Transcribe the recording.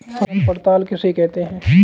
फसल पड़ताल किसे कहते हैं?